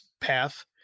path